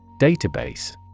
Database